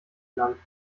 landen